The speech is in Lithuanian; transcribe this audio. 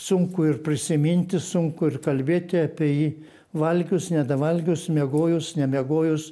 sunku ir prisiminti sunku ir kalbėti apie jį valgius nedavalgius miegojus nemiegojus